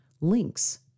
Links